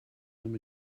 them